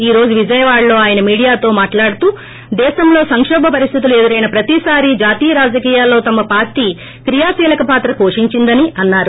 ఈ రోజు విజయవాడ్ లో ఆయన మీడియా తో మాటలాడుతూ దేశంలో సంకోభ పరిస్థితులు ఎదురైన ప్రతిసారీ జాతీయ రాజకీయాల్లో తమ పార్టీ క్రియాశీలక పాత్ర పోషించిందని అన్నారు